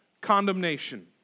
condemnation